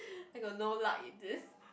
I got no luck in this